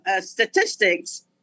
statistics